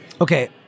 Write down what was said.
Okay